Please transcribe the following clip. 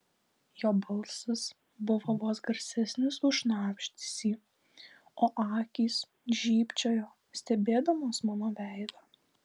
jo balsas buvo vos garsesnis už šnabždesį o akys žybčiojo stebėdamos mano veidą